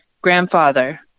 Grandfather